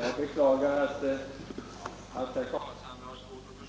Herr talman! Jag beklagar att herr Carlshamre har svårt att